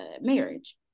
marriage